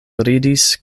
ridis